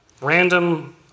random